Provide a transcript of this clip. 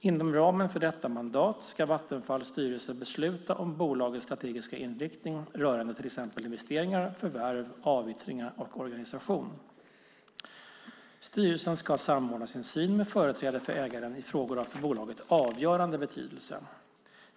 Inom ramen för detta mandat ska Vattenfalls styrelse besluta om bolagets strategiska inriktning rörande till exempel investeringar, förvärv, avyttringar och organisation. Styrelsen ska samordna sin syn med företrädare för ägaren i frågor av för bolaget avgörande betydelse.